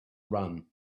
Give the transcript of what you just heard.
run